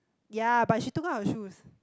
ya but she took out her shoes